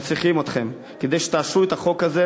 הם צריכים אתכם כדי שתאשרו את החוק הזה,